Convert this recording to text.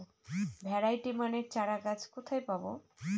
Variety মানের চারাগাছ কোথায় পাবো?